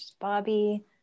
Bobby